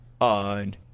on